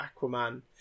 Aquaman